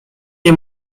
nie